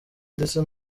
ndetse